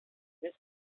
this